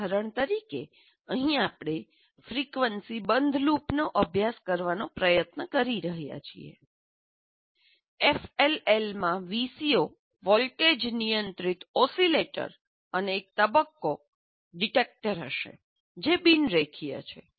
ઉદાહરણ તરીકે અહીં આપણે ફ્રીક્વન્સી બંધ લૂપનો અભ્યાસ કરવાનો પ્રયાસ કરી રહ્યા છીએ એફએલએલમાં વીસીઓ વોલ્ટેજ નિયંત્રિત ઓસીલેટર અને એક તબક્કો ડિટેક્ટર હશે જે બિન રેખીય છે